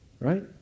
right